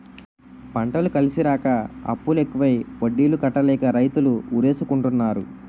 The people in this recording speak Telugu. పంటలు కలిసిరాక అప్పులు ఎక్కువై వడ్డీలు కట్టలేక రైతులు ఉరేసుకుంటన్నారు